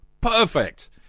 Perfect